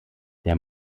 der